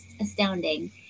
astounding